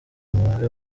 umubare